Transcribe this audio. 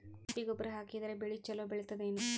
ತಿಪ್ಪಿ ಗೊಬ್ಬರ ಹಾಕಿದರ ಬೆಳ ಚಲೋ ಬೆಳಿತದೇನು?